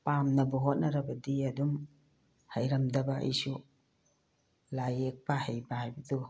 ꯄꯥꯝꯅꯕꯨ ꯍꯣꯠꯅꯔꯕꯗꯤ ꯑꯗꯨꯝ ꯍꯩꯔꯝꯗꯕ ꯑꯩꯁꯨ ꯂꯥꯏ ꯌꯦꯛꯄ ꯍꯩꯕ ꯍꯥꯏꯕꯗꯨ